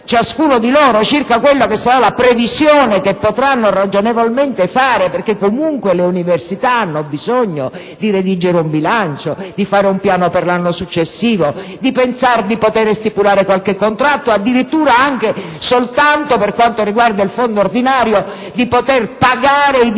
ciascuno di loro circa quella che sarà la previsione che potranno ragionevolmente fare, perché comunque le università hanno bisogno di redigere un bilancio, di fare un piano per l'anno successivo, di pensare di poter stipulare qualche contratto, addirittura anche soltanto - per quanto riguarda il Fondo ordinario - di poter pagare i dipendenti